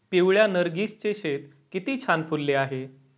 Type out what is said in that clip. पिवळ्या नर्गिसचे शेत किती छान फुलले होते